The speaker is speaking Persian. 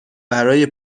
برای